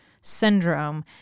syndrome